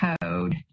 code